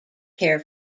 care